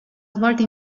svolta